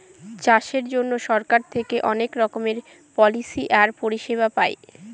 চাষের জন্য সরকার থেকে অনেক রকমের পলিসি আর পরিষেবা পায়